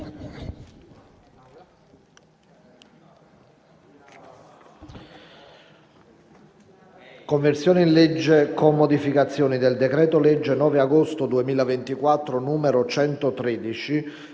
Conversione in legge, con modificazioni, del decreto-legge 9 agosto 2024, n. 113,